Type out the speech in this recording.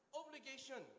obligation